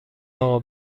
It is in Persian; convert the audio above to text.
اقا